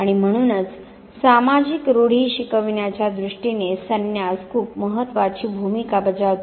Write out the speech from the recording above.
आणि म्हणूनच सामाजिक रूढी शिकविण्याच्या दृष्टीने संन्यास खूप महत्वाची भूमिका बजावते